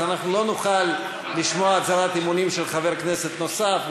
אנחנו לא נוכל לשמוע הצהרת אמונים של חבר כנסת נוסף,